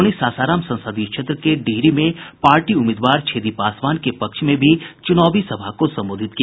उन्होंने सासाराम संसदीय क्षेत्र के डिहरी में पार्टी उम्मीदवार छेदी पासवान के पक्ष में भी चुनावी सभा को संबोधित किया